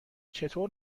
چطور